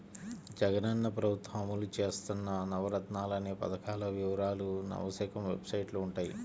జగనన్న ప్రభుత్వం అమలు చేత్తన్న నవరత్నాలనే పథకాల వివరాలు నవశకం వెబ్సైట్లో వుంటయ్యి